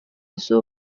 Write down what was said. izuba